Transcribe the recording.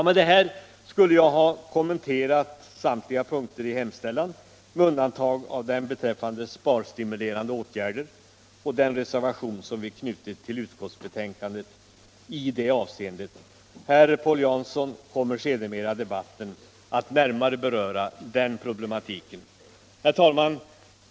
Med detta skulle jag ha kommenterat samtliga punkter i hemställan med undantag av punkten beträffande sparstimulerande åtgärder och den reservation som vi har knutit vid utskottsbetänkandet i detta avseende. Herr Paul Jansson kommer sedermera i debatten att närmare beröra den problematiken. Herr talman!